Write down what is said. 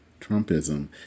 Trumpism